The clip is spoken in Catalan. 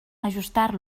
ajustar